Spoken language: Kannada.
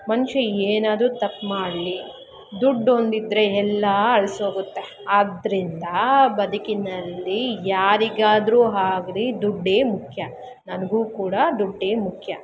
ಮನುಷ್ಯ ಏನಾದರೂ ತಪ್ಪು ಮಾಡಲಿ ದುಡ್ಡೊಂದು ಇದ್ದರೆ ಎಲ್ಲ ಅಳಿಸೋಗುತ್ತೆ ಆದ್ದರಿಂದ ಬದುಕಿನಲ್ಲಿ ಯಾರಿಗಾದರೂ ಆಗ್ಲಿ ದುಡ್ಡೇ ಮುಖ್ಯ ನನಗೂಕೂಡ ದುಡ್ಡೇ ಮುಖ್ಯ